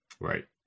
Right